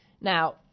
Now